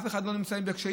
אף אחד לא נמצא בקשיים.